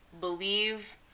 believe